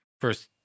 first